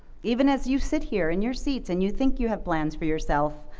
even as you sit here in your seats and you think you have plans for yourself,